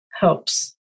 helps